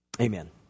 Amen